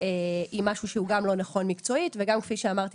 היא משהו שהוא גם לא נכון מקצועית וגם כפי שאמרתי,